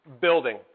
building